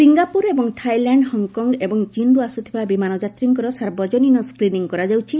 Singapore ଏବଂ Thailand Hong Kong ଏବଂ ଚୀନ୍ରୁ ଆସୁଥିବା ବିମାନ ଯାତ୍ରୀଙ୍କର ସାର୍ବଜନୀନ ସ୍କ୍ରିନିଂ କରାଯାଉଛି